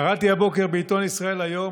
קראתי הבוקר בעיתון ישראל היום,